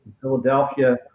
Philadelphia